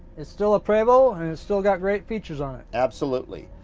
it's still a prevost, and it's still got great features on it. absolutely,